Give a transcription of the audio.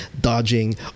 dodging